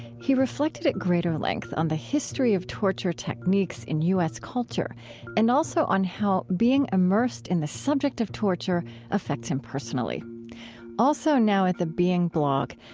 he reflected at greater length on the history of torture techniques in u s. culture and also on how being immersed in the subject of torture affects him personally also, now at the being blog,